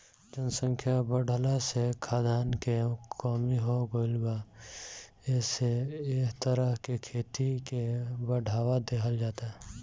जनसंख्या बाढ़ला से खाद्यान के कमी हो गईल बा एसे एह तरह के खेती के बढ़ावा देहल जाता